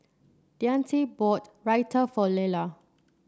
Deante bought Raita for Lella